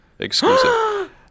exclusive